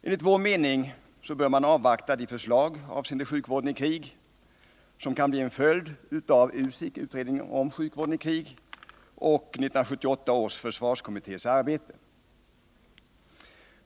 Enligt vår mening bör man avvakta de förslag avseende sjukvården i krig som kan bli en följd av utredningen om sjukvården i krig och 1978 års försvarskommittés arbete.